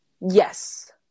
Yes